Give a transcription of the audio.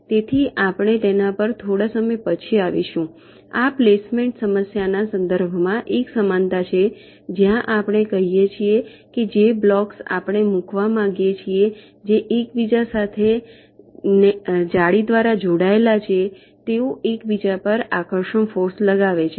તેથી આપણે તેના પર થોડા સમય પછી આવીશું આ પ્લેસમેન્ટ સમસ્યાના સંદર્ભમાં એક સમાનતા છે જ્યાં આપણે કહીએ છીએ કે જે બ્લોક્સ આપણે મુકવા માગીએ છીએ જે એકબીજા સાથે જાળી દ્વારા જોડાયેલા છે તેઓ એકબીજા પર આકર્ષણ ફોર્સ લગાવે છે